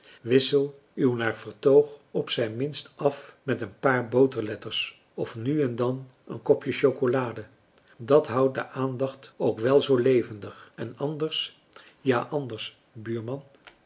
wissel uw naar vertoog op zijn minst af met een paar boterletters of nu en dan een kopje chocolade dat houdt de aandacht ook wèl zoo levendig en anders ja anders buurman